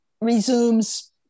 resumes